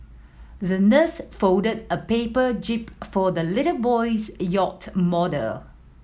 the nurse folded a paper jib for the little boy's yacht model